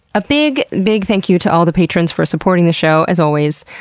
a big, big thank you to all the patrons for supporting the show, as always.